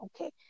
okay